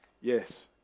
yes